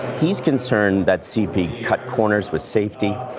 he's concerned that cp cut corners with safety.